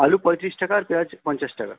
আলু পঁয়তিরিশ টাকা আর পেঁয়াজ পঞ্চাশ টাকা